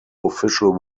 official